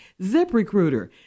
ZipRecruiter